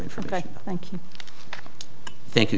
information thank you